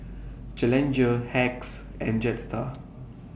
Challenger Hacks and Jetstar